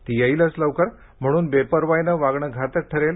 ती येईलच लवकर म्हणून बेपर्वाईने वागणे घातक ठरेल